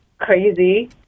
crazy